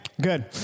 Good